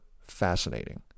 fascinating